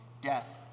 death